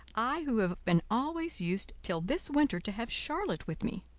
i who have been always used till this winter to have charlotte with me.